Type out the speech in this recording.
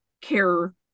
care